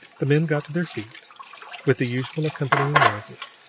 the men got to their feet with the usual accompanying noises.